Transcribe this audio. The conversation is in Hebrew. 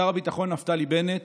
שר הביטחון נפתלי בנט